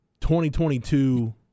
2022